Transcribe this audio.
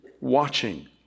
watching